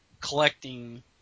collecting